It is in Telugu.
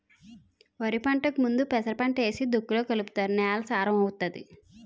వరిపంటకు ముందు పెసరపంట ఏసి దుక్కిలో కలుపుతారు నేల సారం అవుతాది